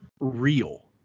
real